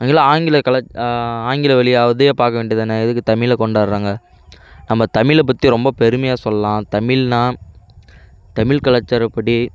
அங்கலாம் ஆங்கில கலாச் ஆங்கில வழி அதையே பார்க்க வேண்டியது தான் எதுக்கு தமிழ கொண்டாடுறாங்க நம்ம தமிழை பற்றி ரொம்ப பெருமையாக சொல்லலாம் தமிழ்னா தமிழ் கலாச்சாரப்படி